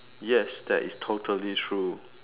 yes that is totally true